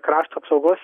krašto apsaugos